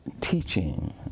teaching